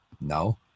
no